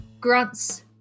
grunts